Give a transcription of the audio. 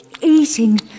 eating